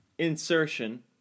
insertion